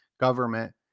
government